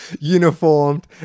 uniformed